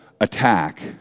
attack